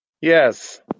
Yes